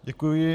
Děkuji.